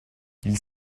ils